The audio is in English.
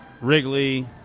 Wrigley